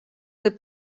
kui